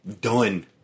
done